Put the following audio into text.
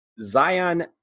Zion